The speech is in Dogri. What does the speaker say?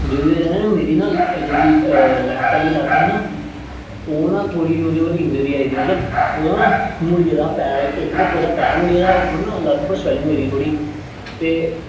जदूं दी मेरी ना जेह्ड़ी लैफ्ट आह्ली लत्त ही ना ओह् ना थोह्ड़ी ओह्दे उप्पर इंजरी आई गेदी मतलब ओह् ना मुड़ी गेदा हा पैर इक ते ओह्दा पैर मुड़ी गेदा हा उप्पंरो ना लत्त उप्पर सवैलिंग होई गेदी ही थोेह्ड़ी ते